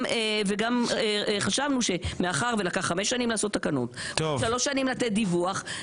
גם חשבנו שמאחר ולקח חמש שנים להתקין תקנות ושלוש שנים לתת דיווח,